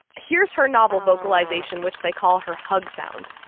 here's her novel vocalization, which they call her hug sound